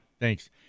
Thanks